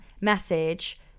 message